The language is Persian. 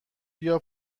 بیا